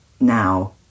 now